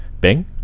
Bing